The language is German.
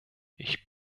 ich